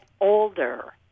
older